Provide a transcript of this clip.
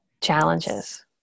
challenges